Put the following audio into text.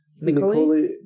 Nicole